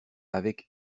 avec